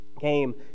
came